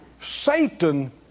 Satan